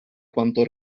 quanto